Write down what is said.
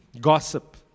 gossip